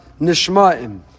nishma'im